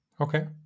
Okay